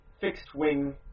fixed-wing